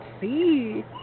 see